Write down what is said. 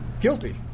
guilty